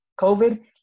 COVID